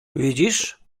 widzisz